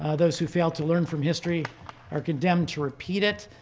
ah those who fail to learn from history are condemned to repeat it.